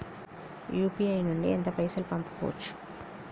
UPI నుండి ఎంత పైసల్ పంపుకోవచ్చు?